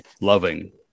loving